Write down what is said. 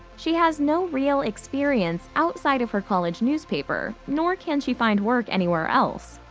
she has no real experience outside of her college newspaper, nor can she find work anywhere else,